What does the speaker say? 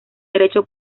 derecho